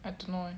I don't know eh